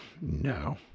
no